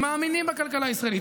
הם מאמינים בכלכלה הישראלית,